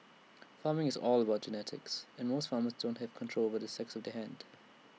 farming is all about genetics and most farmers don't have control over the sex of their hand